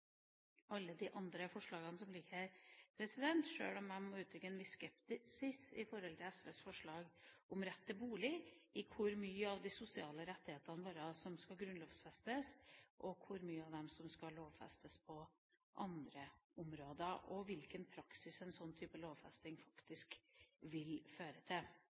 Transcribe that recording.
alle de andre forslagene som ligger her, sjøl om jeg må uttrykke en viss skepsis til SVs forslag om rett til bolig, i forhold til hvor mange av de sosiale rettighetene våre som skal grunnlovfestes, og hvor mange av dem som skal lovfestes på andre områder, og hvilken praksis en slik type lovfesting faktisk vil føre til.